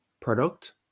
product